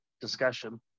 discussion